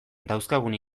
dauzkagun